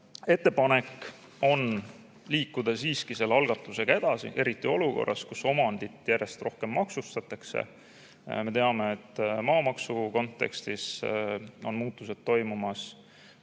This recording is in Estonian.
ettepanek on liikuda siiski selle algatusega edasi, eriti olukorras, kus omandit järjest rohkem maksustatakse. Me teame, et maamaksu kontekstis on muutused toimumas.